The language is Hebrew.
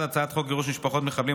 הצעת חוק גירוש משפחות מחבלים,